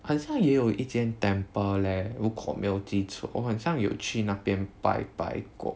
很像也有一间 temple leh 如果我没有记错我很像有去那边拜拜过